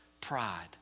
Pride